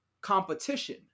competition